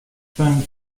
fünf